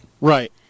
Right